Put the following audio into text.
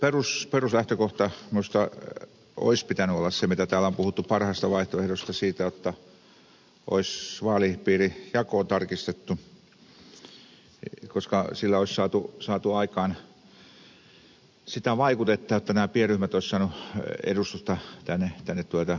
ensinnäkin peruslähtökohdan minusta olisi pitänyt olla se mitä täällä on puhuttu parhaasta vaihtoehdosta jotta olisi vaalipiirijakoa tarkistettu koska sillä olisi saatu aikaan sitä vaikutetta jotta nämä pienryhmät olisivat saaneet edustusta tänne eduskuntaan